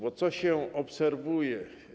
Bo co się obserwuje?